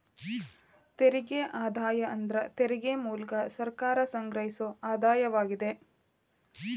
ತೆರಿಗೆ ಆದಾಯ ಅಂದ್ರ ತೆರಿಗೆ ಮೂಲ್ಕ ಸರ್ಕಾರ ಸಂಗ್ರಹಿಸೊ ಆದಾಯವಾಗಿದೆ